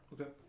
Okay